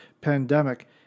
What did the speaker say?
pandemic